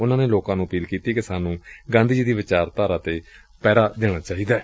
ਉਨਾਂ ਨੇ ਲੋਕਾਂ ਨੂੰ ਅਪੀਲ ਕੀਤੀ ਕਿ ਸਾਨੂੰ ਗਾਧੀ ਜੀ ਦੀ ਵਿਚਾਰਧਾਰਾ ਨੂੰ ਸਮਰਪਿਤ ਹੋਣਾ ਚਾਹੀਦੈ